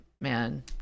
man